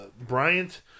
Bryant